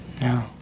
No